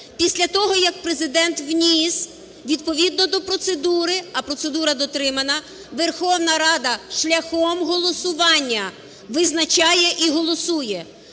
після того, як Президент вніс відповідно до процедури, а процедура дотримана, Верховна Рада шляхом голосування визначає і голосує.